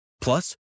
Plus